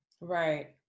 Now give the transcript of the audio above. Right